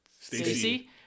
Stacy